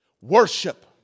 worship